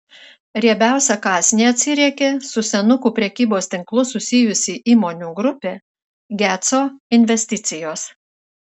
riebiausią kąsnį atsiriekė su senukų prekybos tinklu susijusi įmonių grupė geco investicijos